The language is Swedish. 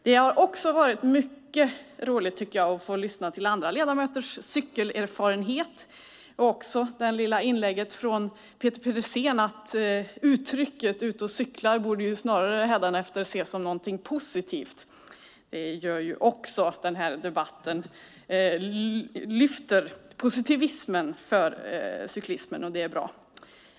Det har också varit mycket roligt att få lyssna till andra ledamöters cykelerfarenheter och även det lilla inlägget från Peter Pedersen om att uttrycket "ute och cyklar" hädanefter snarare borde ses som någonting positivt. Det lyfter det positiva med cyklingen i den här debatten, och det är bra.